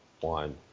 one